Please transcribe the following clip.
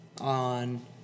on